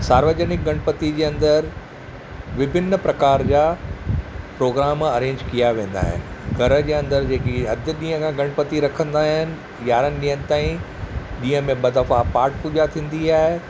सार्वजनिक गणपति जे अंदरि विभिन्न प्रकार जा प्रोग्राम अरेंज किया वेंदा आहिनि घर जे अंदरि जेकी अधु ॾींहं लाइ गणपति रखंदा आहिनि यारहनि ॾींहनि ताईं ॾींहं में ॿ दफ़ा पाठ पूॼा थींदी आहे